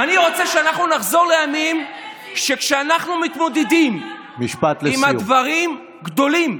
אני רוצה שנחזור לימים שכשאנחנו מתמודדים עם דברים גדולים,